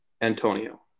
Antonio